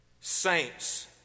saints